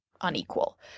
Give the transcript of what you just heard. unequal